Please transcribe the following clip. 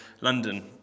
London